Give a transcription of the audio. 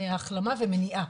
החלמה ומניעה.